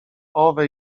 owe